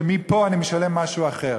שמפה אני משלם משהו אחר.